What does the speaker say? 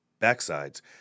backsides